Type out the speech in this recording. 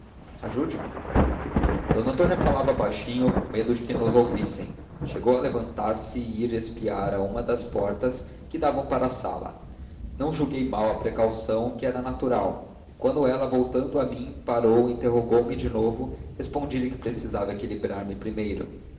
ajude me d antônia falava baixinho com medo de que nos ouvissem chegou a levantar-se e ir espiar a uma das portas que davam para a sala não julguei mal da precaução que era natural e quando ela voltando a mim parou e interrogou me de novo respondi-lhe que precisava equilibrar me primeiro